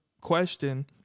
question